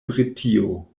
britio